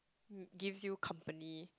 gives you company